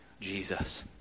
Jesus